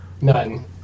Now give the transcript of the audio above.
none